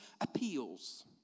appeals